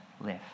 live